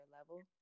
level